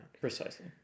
Precisely